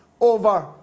over